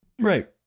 Right